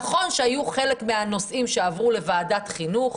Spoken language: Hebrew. נכון שהיו חלק מהנושאים שעברו לוועדת חינוך,